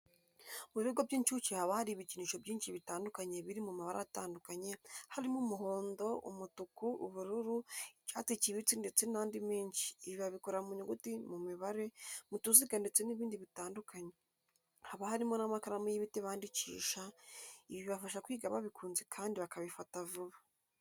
Mu bigo by'incuke haba hari ibikinisho byinshi bitandukanye biri mu mabara atandukanye, harimo umuhondo, umutuku, ubururu, icyatsi kibisi ndetse n'andi menshi, ibi babikora mu nyuguti, mu mibare, mu tuziga ndetse n'ibindi bitandukanye, haba harimo n'amakaramu y'ibiti bandikisha, ibi bibafasha kwiga babikunze kandi bakabifata vuba.